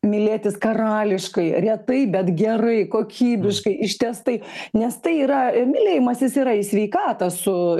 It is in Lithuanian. mylėtis karališkai retai bet gerai kokybiškai ištęstai nes tai yra mylėjimasis yra į sveikatą su